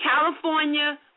California